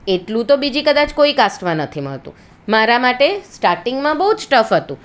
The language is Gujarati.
એટલું તો બીજી કદાચ કોઈ કાસ્ટમાં નથી મળતું મારા માટે સ્ટાર્ટિંગમાં બહુ જ ટફ હતું